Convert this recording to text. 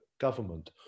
government